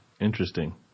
Interesting